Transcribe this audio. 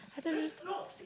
I tell you the story